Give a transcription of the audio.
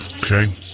Okay